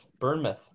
Burnmouth